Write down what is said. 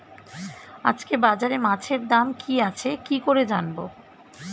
আজকে বাজারে মাছের দাম কি আছে কি করে জানবো?